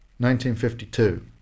1952